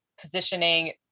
positioning